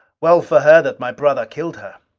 well for her that my brother killed her.